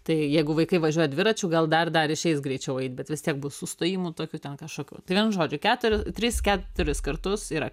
tai jeigu vaikai važiuoja dviračiu gal dar dar išeis greičiau eit bet vis tiek bus sustojimų tokių ten kažkokių tai vienu žodžiu keturi tris keturis kartus yra